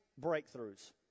breakthroughs